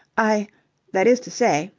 i that is to say,